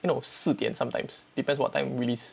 no 四点 sometimes depends what time release